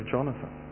Jonathan